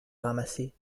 ramasser